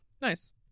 nice